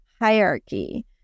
hierarchy